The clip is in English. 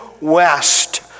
west